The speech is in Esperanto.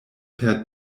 per